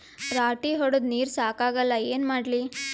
ರಾಟಿ ಹೊಡದ ನೀರ ಸಾಕಾಗಲ್ಲ ಏನ ಮಾಡ್ಲಿ?